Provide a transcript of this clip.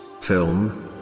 Film